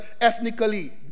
ethnically